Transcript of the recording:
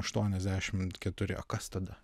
aštuoniasdešimt keturi o kas tada